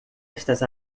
estas